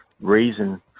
reason